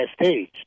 stage